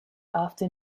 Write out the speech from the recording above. after